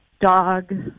dog